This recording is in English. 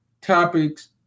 topics